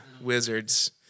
wizards